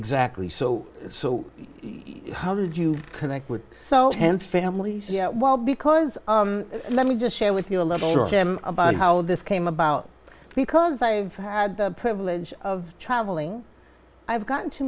exactly so so how did you connect with so and family while because let me just share with you a little gem about how this came about because i've had the privilege of traveling i've gotten to